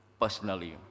personally